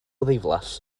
ddiflas